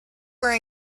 were